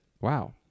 wow